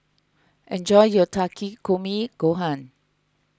enjoy your Takikomi Gohan